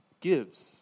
gives